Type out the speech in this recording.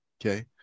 Okay